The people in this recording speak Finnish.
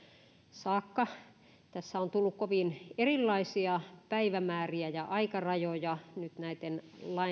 saakka tässä on tullut kovin erilaisia päivämääriä ja aikarajoja nyt näitten